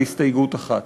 על הסתייגות אחת.